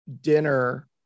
dinner